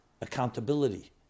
Accountability